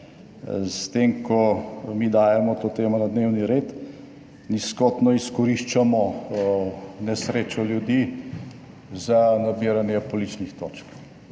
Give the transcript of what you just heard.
s tem, ko mi dajemo to temo na dnevni red, nizkotno izkoriščamo nesrečo ljudi za nabiranje političnih točk.